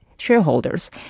shareholders